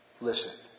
Listen